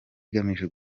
igamije